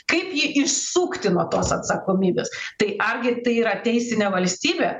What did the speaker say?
kaip jį išsukti nuo tos atsakomybės tai argi tai yra teisinė valstybė